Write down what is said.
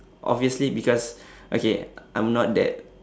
obviously because okay I'm not that